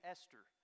Esther